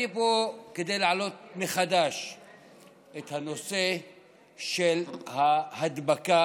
אני פה כדי להעלות מחדש את הנושא של ההדבקה